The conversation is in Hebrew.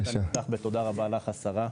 אפתח בתודה רבה לך, השרה.